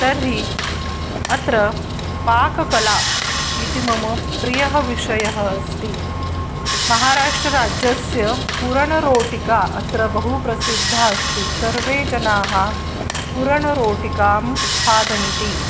तर्हि अत्र पाककला इति मम प्रियः विषयः अस्ति महाराष्ट्रराज्यस्य पूर्णरोटिका अत्र बहु प्रसिद्धा अस्ति सर्वे जनाः पूर्णरोटिकां खादन्ति